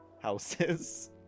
houses